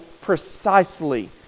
precisely